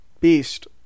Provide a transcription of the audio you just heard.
beast